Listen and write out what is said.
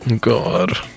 God